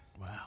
Wow